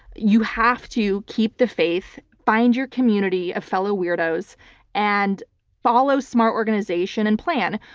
you have to keep the faith, find your community of fellow weirdos and follow smart organization and plan.